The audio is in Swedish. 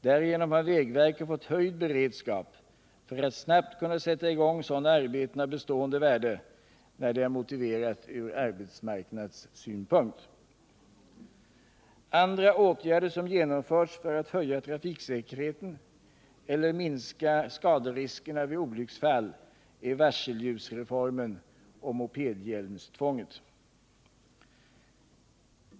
Därigenom har vägverket fått höjd beredskap för att snabbt kunna sätta i gång sådana arbeten av bestående värde, när det är motiverat från arbetsmarknadssynpunkt. Andra åtgärder som genomförts för att höja trafiksäkerheten eller minska skaderiskerna vid olycksfall är varselljusreformen och mopedhjälmstvånget.